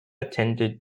attended